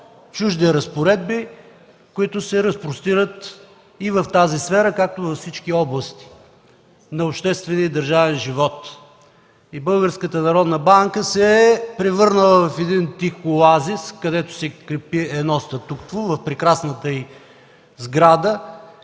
чужди разпоредби, които се разпростират и в тази сфера, както във всички области на обществения и държавния живот. Българската народна банка се е превърнала в тих оазис, където се крепи статукво в прекрасната й сграда